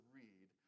read